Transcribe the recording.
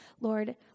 Lord